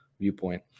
viewpoint